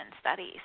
studies